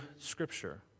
Scripture